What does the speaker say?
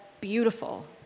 beautiful